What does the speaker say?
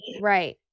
Right